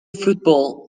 football